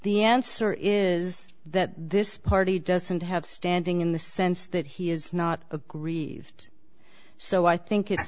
the answer is that this party doesn't have standing in the sense that he is not aggrieved so i think it